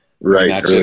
Right